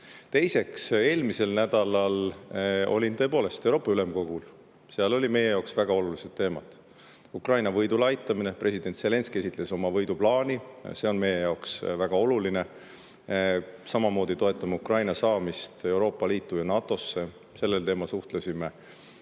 on. Teiseks, eelmisel nädalal olin tõepoolest Euroopa Ülemkogul. Seal olid meie jaoks väga olulised teemad: Ukraina võidule aitamine, president Zelenskõi esitles oma võiduplaani – see on meie jaoks väga oluline. Samamoodi toetame Ukraina saamist Euroopa Liitu ja NATO-sse. Sellel teemal suhtlesime.